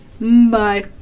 Bye